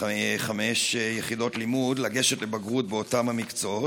לחמש יחידות לימוד לגשת לבגרות באותם המקצועות,